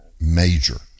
major